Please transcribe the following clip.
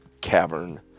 cavern